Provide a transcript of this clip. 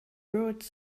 buried